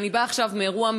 ואני באה עכשיו מאירוע מרגש,